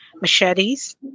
machetes